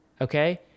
okay